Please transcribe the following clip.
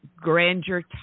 grandeur